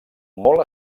molt